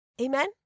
Amen